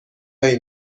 هایی